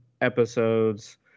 episodes